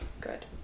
Good